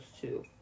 two